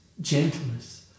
gentleness